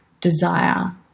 desire